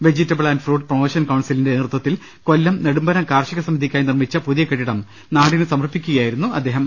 vegetable and fruit promotion കൌൺസിലിന്റെ നേതൃത്വത്തിൽ കൊല്ലം നെടുമ്പന കാർഷിക സമിതിക്കായി നിർമിച്ച പുതിയ കെട്ടിടം നാടിന് സമർപ്പിക്കുകയായിരുന്നു അദ്ദേഹം